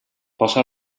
posa